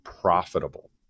profitable